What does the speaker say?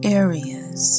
areas